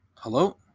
Hello